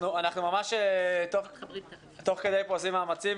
אנחנו עושים מאמצים.